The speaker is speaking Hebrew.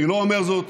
אני לא אומר זאת